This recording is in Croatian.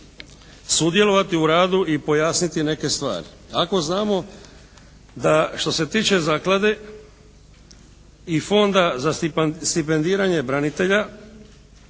sudjelovati u radu i pojasniti neke stvari. Ako znamo da što se tiče zaklade i Fonda za stipendiranje branitelja